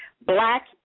black